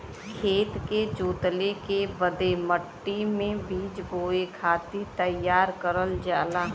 खेत के जोतले के बाद मट्टी मे बीज बोए खातिर तईयार करल जाला